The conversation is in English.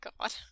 god